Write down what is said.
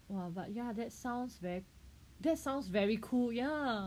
!wah! but ya that sounds very that sounds very cool ya